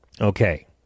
Okay